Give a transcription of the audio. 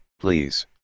please